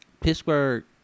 Pittsburgh